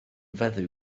feddw